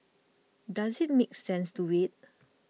does it make sense to wait